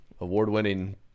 award-winning